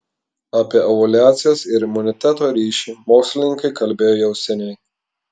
apie ovuliacijos ir imuniteto ryšį mokslininkai kalbėjo jau seniai